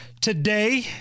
today